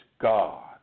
God